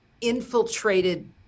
infiltrated